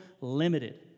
limited